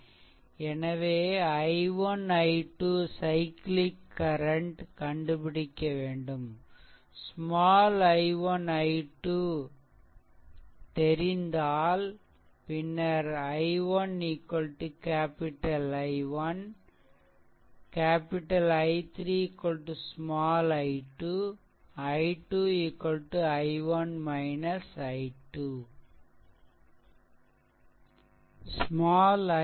எனவே i1 i2 cyclic current கண்டுபிடிக்க வேண்டும் small i1 i2 தெரிந்தால் பின்னர் i1 capital I1 capital I3 small i2 I2 i1 i2